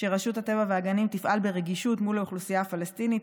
שרשות הטבע והגנים תפעל ברגישות מול האוכלוסייה הפלסטינית,